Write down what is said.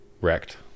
Wrecked